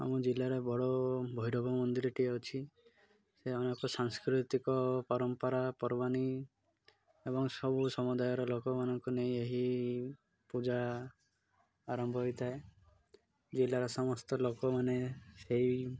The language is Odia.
ଆମ ଜିଲ୍ଲାରେ ବଡ଼ ଭୈରବ ମନ୍ଦିର ଟିଏ ଅଛି ସେ ଅନେକ ସାଂସ୍କୃତିକ ପରମ୍ପରା ପର୍ବାଣୀ ଏବଂ ସବୁ ସମୁଦାୟର ଲୋକମାନଙ୍କୁ ନେଇ ଏହି ପୂଜା ଆରମ୍ଭ ହୋଇଥାଏ ଜିଲ୍ଲାର ସମସ୍ତ ଲୋକମାନେ ସେଇ